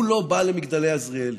הוא לא בא למגדלי עזריאלי,